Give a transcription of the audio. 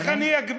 איך אני אגביל?